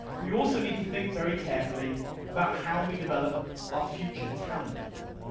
we also need to think very carefully about how we develop our future talent pool.